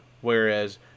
whereas